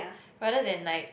rather than like